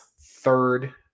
third